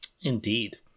Indeed